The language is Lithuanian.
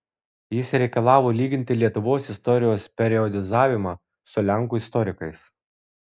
jis reikalavo lyginti lietuvos istorijos periodizavimą su lenkų istorikais